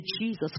Jesus